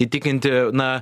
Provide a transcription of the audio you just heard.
įtikinti na